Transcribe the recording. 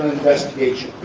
investigation